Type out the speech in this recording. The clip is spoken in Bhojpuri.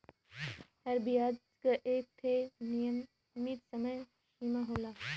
हर बियाज क एक ठे नियमित समय सीमा होला